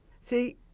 See